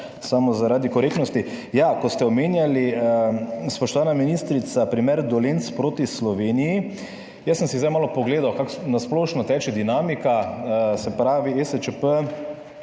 samo zaradi korektnosti. Omenjali ste, spoštovana ministrica, primer Dolenc proti Sloveniji. Jaz sem si zdaj malo pogledal, kako na splošno teče dinamika, se pravi ESČP,